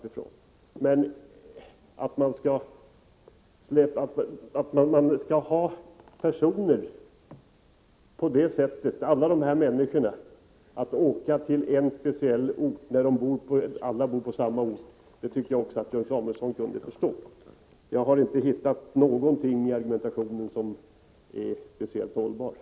Men jag tycker att Björn Samuelson borde förstå att det inte är bra att ha det så att alla dessa människor skall åka till en speciell ort, när de alla bor på samma ort. Jag har inte hittat någonting i argumentationen som är speciellt hållbart.